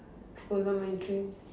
follow my dreams